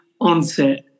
onset